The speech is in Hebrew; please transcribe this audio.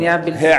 בנייה בלתי חוקית.